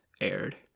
aired